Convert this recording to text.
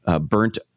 Burnt